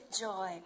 joy